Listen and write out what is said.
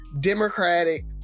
democratic